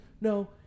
no